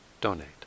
donate